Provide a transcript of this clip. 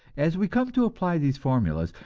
as we come to apply these formulas,